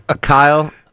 Kyle